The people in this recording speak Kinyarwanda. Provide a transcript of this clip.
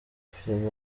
filime